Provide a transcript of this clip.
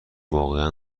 واقع